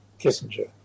Kissinger